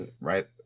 Right